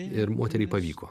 ir moteriai pavyko